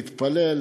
להתפלל,